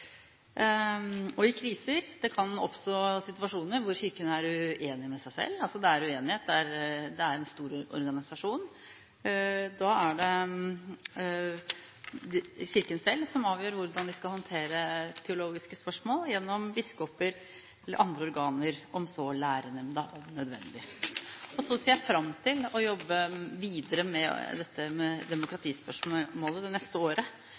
I kriser – det kan oppstå situasjoner hvor Kirken er uenig med seg selv, det er uenighet, det er en stor organisasjon – er det Kirken selv som avgjør hvordan den skal håndtere teologiske spørsmål gjennom biskoper eller andre organer, om så gjennom Lærenemnda, om nødvendig. Så ser jeg fram til å jobbe videre med dette med demokratispørsmålet det neste året.